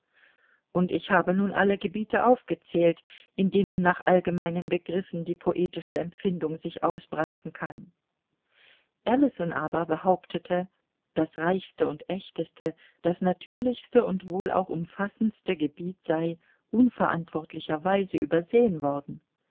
und ich habe nun alle gebiete aufgezählt in denen nach allgemeinen begriffen die poetische empfindung sich ausbreiten kann ellison aber behauptete das reichste und echteste das natürlichste und wohl auch umfassendste gebiet sei unverantwortlicherweise übersehen worden